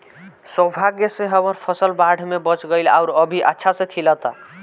सौभाग्य से हमर फसल बाढ़ में बच गइल आउर अभी अच्छा से खिलता